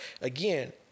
again